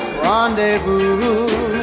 rendezvous